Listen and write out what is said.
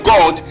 God